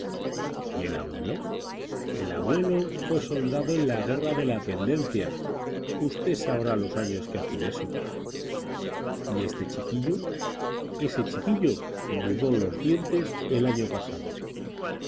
y el abuelo el abuelo fue soldado en la guerra de la pendencia usted sabrá los años que hace de eso y este chiquillo ese chiquillo mudó los dientes el año pasado